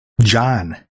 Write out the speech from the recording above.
John